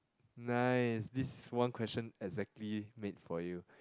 nice this is one question exactly made for you